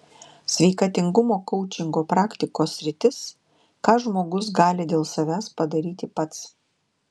sveikatingumo koučingo praktikos sritis ką žmogus gali dėl savęs padaryti pats